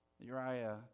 Uriah